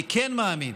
אני כן מאמין